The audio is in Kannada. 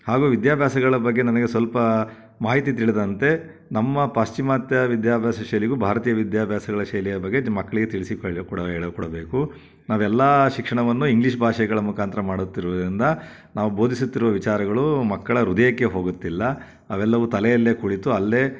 ಹಾಗೂ ವಿದ್ಯಾಭ್ಯಾಸಗಳ ಬಗ್ಗೆ ನನಗೆ ಸ್ವಲ್ಪ ಮಾಹಿತಿ ತಿಳಿದಂತೆ ನಮ್ಮ ಪಾಶ್ಚಿಮಾತ್ಯ ವಿದ್ಯಾಭ್ಯಾಸ ಶೈಲಿಗೂ ಭಾರತೀಯ ವಿದ್ಯಾಭ್ಯಾಸಗಳ ಶೈಲಿಯ ಬಗ್ಗೆ ದ್ ಮಕ್ಳಿಗೆ ತಿಳಿಸಿ ಹೇಳಿ ಕೊಡ ಹೇಳಿಕೊಡಬೇಕು ನಾವೆಲ್ಲ ಶಿಕ್ಷಣವನ್ನು ಇಂಗ್ಲೀಷ್ ಭಾಷೆಗಳ ಮುಖಾಂತರ ಮಾಡುತ್ತಿರುವುದರಿಂದ ನಾವು ಬೋಧಿಸುತ್ತಿರುವ ವಿಚಾರಗಳು ಮಕ್ಕಳ ಹೃದಯಕ್ಕೆ ಹೋಗುತ್ತಿಲ್ಲ ಅವೆಲ್ಲವೂ ತಲೆಯಲ್ಲೇ ಕುಳಿತು ಅಲ್ಲೇ